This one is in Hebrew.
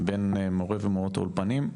בין מורי ומורות האולפנים.